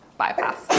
bypass